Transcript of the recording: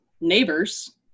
neighbors